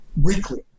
weekly